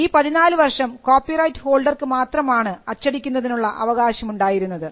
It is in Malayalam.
ഈ പതിനാല് വർഷം കോപ്പി റൈറ്റ് ഹോൾഡർക്ക് മാത്രമാണ് അച്ചടിക്കുന്നതിനുള്ള അവകാശമുണ്ടായിരുന്നത്